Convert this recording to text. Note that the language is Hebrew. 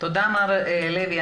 מר לוי.